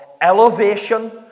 elevation